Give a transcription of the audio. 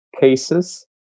cases